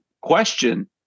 question